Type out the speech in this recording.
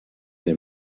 des